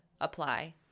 apply